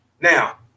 Now